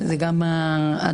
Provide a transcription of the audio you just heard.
באיזה